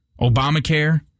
Obamacare